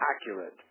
accurate